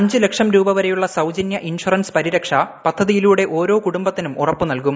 അഞ്ചുലക്ഷം രൂപവരെയുള്ള സൌജന്യ ഇൻഷുറൻസ് പരിരക്ഷ പദ്ധതിയിലൂടെ ഓരോ കുടുംബത്തിനും ഉറപ്പു നൽകും